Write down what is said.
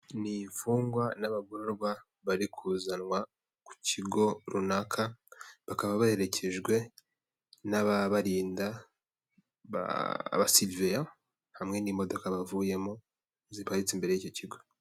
Ni imfungwa n'abagororwa bari kuzanwa ku kigo runaka, bakaba baherekejwe n'ababarinda, abasiriveya hamwe n'imodoka bavuyemo ziparitse imbere y'icyo kigo.